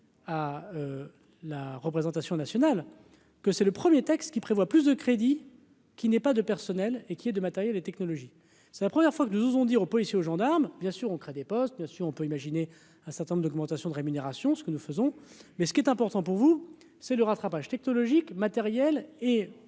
Ah la. Représentation nationale que c'est le 1er, texte qui prévoit plus de crédit. Qui n'est pas de personnel et qu'il y ait de matériels et technologies c'est la première fois que nous osons dire aux policiers, aux gendarmes, bien sûr, on crée des postes, bien sûr, on peut imaginer un certain nombre d'augmentations de rémunération, ce que nous faisons, mais ce qui est important pour vous, c'est le rattrapage technologique matériel et les